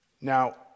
Now